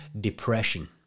depression